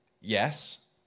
Yes